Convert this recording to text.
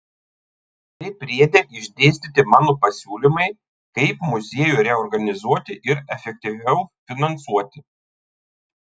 c priede išdėstyti mano pasiūlymai kaip muziejų reorganizuoti ir efektyviau finansuoti